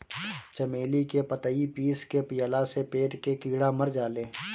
चमेली के पतइ पीस के पियला से पेट के कीड़ा मर जाले